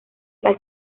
las